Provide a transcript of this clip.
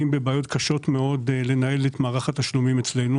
בבעיות קשות מאוד לנהל את מערך התשלומים אצלנו.